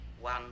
one